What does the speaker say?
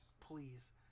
Please